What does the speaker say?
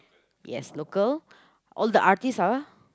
yes local all the artiste ah